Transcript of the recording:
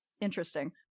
interesting